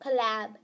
collab